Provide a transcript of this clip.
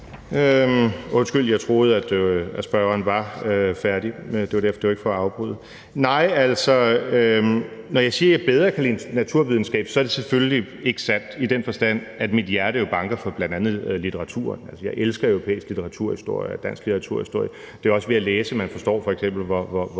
Undskyld, jeg troede, at spørgeren var færdig. Det var ikke for at afbryde. Nej, når jeg siger, at jeg bedre kan lide naturvidenskab, er det selvfølgelig ikke sandt, i den forstand at mit hjerte jo bl.a. banker for litteraturen. Jeg elsker Europas litteraturhistorie og dansk litteraturhistorie. Det er også ved at læse, at man forstår, f.eks. hvor